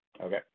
okay